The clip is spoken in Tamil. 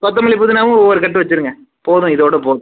கொத்தமல்லி புதினாவும் ஒவ்வொரு கட்டு வெச்சிடுங்க போதும் இதோடு போதும்